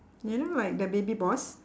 you know like the baby boss